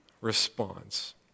response